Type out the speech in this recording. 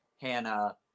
Hannah